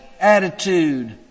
attitude